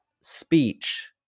speech